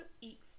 eat